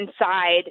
inside